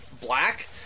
black